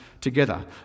together